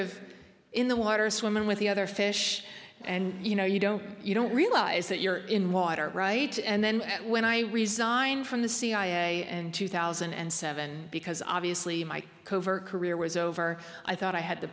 of in the water swimming with the other fish and you know you don't you don't realize that you're in water right and then when i resigned from the cia and two thousand and seven because obviously my covert career was over i thought i had the